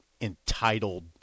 entitled